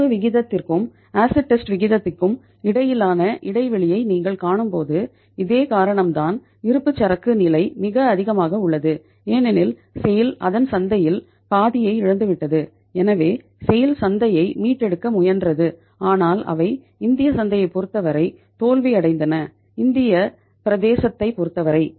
நடப்பு விகிதத்திற்கும் acid test சந்தையை மீட்டெடுக்க முயன்றது ஆனால் அவை இந்திய சந்தையைப் பொருத்தவரை தோல்வியடைந்தன இந்திய பிரதேசத்தைப் பொருத்தவரை